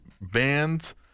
bands